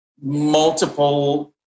multiple